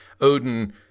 Odin